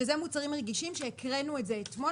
כשזה מוצרים רגישים שהקראנו את זה אתמול,